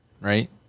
right